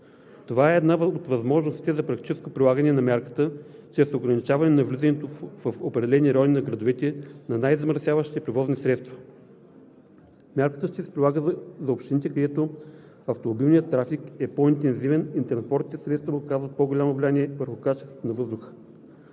Това е една от възможностите за практическо прилагане на мярката чрез ограничаване на влизането в определени райони на градовете на най-замърсяващите превозни средства. Мярката ще се прилага за общините, където автомобилният трафик е по-интензивен и транспортните средства оказват по-голямо влияние върху качеството на въздуха.